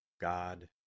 God